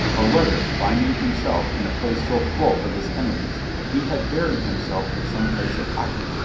or whether, finding himself in a place so full of his enemies, he had buried himself in some place of hiding,